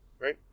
right